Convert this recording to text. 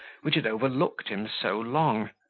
which had overlooked him so long,